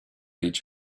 each